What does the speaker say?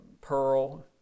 pearl